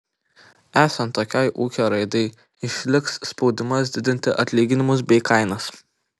esant tokiai ūkio raidai išliks spaudimas didinti atlyginimus bei kainas